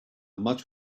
much